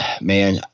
Man